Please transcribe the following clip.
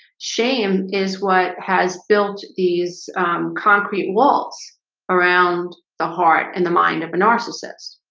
shame is what has built these concrete walls around the heart and the mind of a narcissist